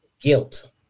guilt